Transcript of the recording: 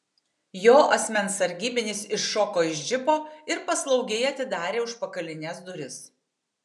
jo asmens sargybinis iššoko iš džipo ir paslaugiai atidarė užpakalines duris